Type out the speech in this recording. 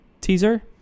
teaser